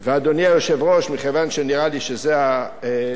מכיוון שנראה לי שזה הנאום האחרון שלי פה,